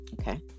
Okay